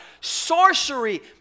Sorcery